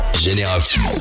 Génération